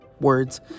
words